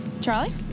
Charlie